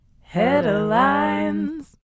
Headlines